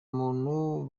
muntu